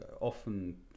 often